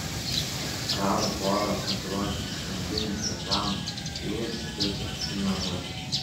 rado porą konkuruojančių užkandinių reklamų siūlančių picą į namus